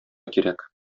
кирәк